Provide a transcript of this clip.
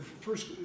first